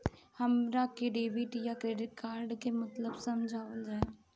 हमरा के डेबिट या क्रेडिट कार्ड के मतलब समझावल जाय?